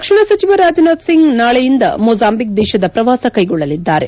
ರಕ್ಷಣಾ ಸಚಿವ ರಾಜನಾಥ್ ಸಿಂಗ್ ನಾಳೆಯಿಂದ ಮೊಜಾಂಬಿಕ್ ದೇಶದ ಪ್ರವಾಸ ಕೈಗೊಳ್ಳಲಿದ್ದಾರೆ